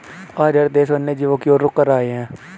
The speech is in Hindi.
आज हर देश वन्य जीवों की और रुख कर रहे हैं